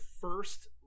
first